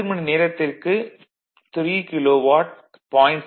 10 மணிநேரத்திற்கு 3 கிலோவாட் 0